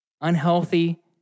unhealthy